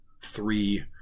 three